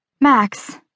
Max